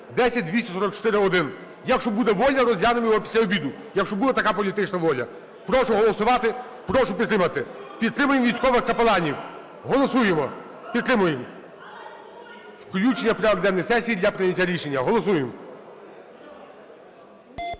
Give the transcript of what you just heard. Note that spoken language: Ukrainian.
10244-1). Якщо буде воля, розглянемо його після обіду. Якщо буде така політична воля. Прошу голосувати, прошу підтримати. Підтримаємо військових капеланів. Голосуємо! Підтримуємо! Включення у порядок денний сесії для прийняття рішення. Голосуємо.